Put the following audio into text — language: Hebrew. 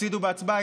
תפסידו בהצבעה,